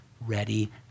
ready